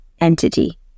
entity